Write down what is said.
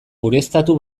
ureztatu